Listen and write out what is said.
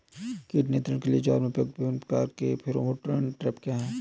कीट नियंत्रण के लिए ज्वार में प्रयुक्त विभिन्न प्रकार के फेरोमोन ट्रैप क्या है?